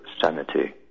sanity